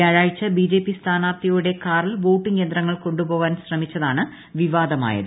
വ്യാഴാഴ്ച ബിജെപി സ്ഥാനാർത്ഥിയുടെ കാറിൽ വോട്ടിങ് യന്ത്രങ്ങൾ കൊണ്ടുപോകാൻ ശ്രമിച്ചതാണ് വിവാദമായത്